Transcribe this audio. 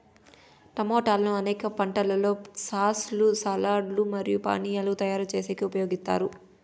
టమోటాలను అనేక వంటలలో సాస్ లు, సాలడ్ లు మరియు పానీయాలను తయారు చేసేకి ఉపయోగిత్తారు